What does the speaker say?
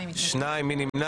2. מי נמנע?